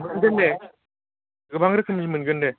मोनगोन दे गोबां रोखोमनि मोनगोन दे